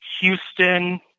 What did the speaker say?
Houston